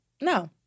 No